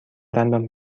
دندان